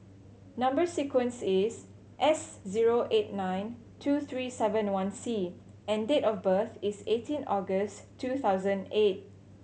number sequence is S zero eight nine two three seven one C and date of birth is eighteen August two thousand eight